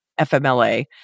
FMLA